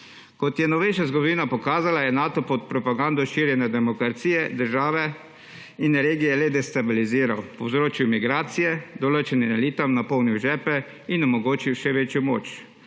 Kot je novejša zgodovina pokazala, je Nato pod propagando širjenja demokracije države in regije le destabiliziral, povzročil migracije, določenim elitam napolnil žepe in omogočil še večjo moč.